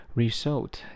，result